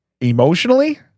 emotionally